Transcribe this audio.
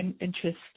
interest